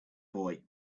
boy